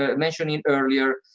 ah mentioning earlier,